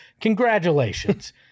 Congratulations